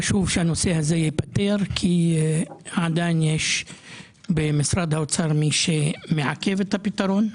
חשוב שהנושא הזה ייפתר כי עדין יש במשרד האוצר מי שמעכב את הפתרון.